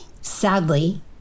sadly